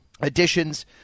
additions